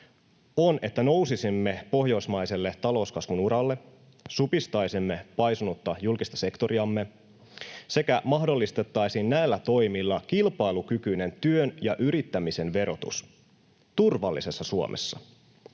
että nousisimme pohjoismaiselle talouskasvun uralle, supistaisimme paisunutta julkista sektoriamme sekä mahdollistaisimme näillä toimilla kilpailukykyisen työn ja yrittämisen verotuksen turvallisessa Suomessa.